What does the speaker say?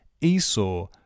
Esau